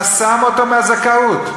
חסם אותו מהזכאות.